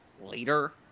later